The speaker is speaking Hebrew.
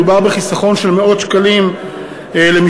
מדובר בחיסכון של מאות שקלים לילד,